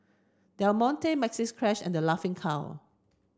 Del Monte Maxi Cash and The Laughing Cow